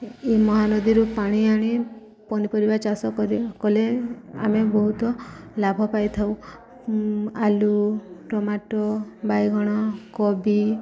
ଏଇ ମହାନଦୀରୁ ପାଣି ଆଣି ପନିପରିବା ଚାଷ କଲେ ଆମେ ବହୁତ ଲାଭ ପାଇଥାଉ ଆଳୁ ଟମାଟୋ ବାଇଗଣ କୋବି